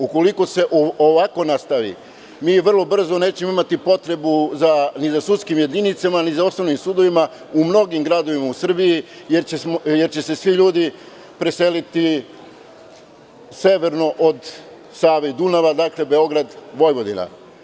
Ukoliko se ovako nastavi mi vrlo brzo nećemo imati potrebu ni za sudskim jedinicama, ni za osnovnim sudovima u mnogim gradovima u Srbiji, jer će se svi ljudi preseliti severno od Save i Dunava, dakle Beograd-Vojvodina.